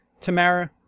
Tamara